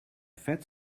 fat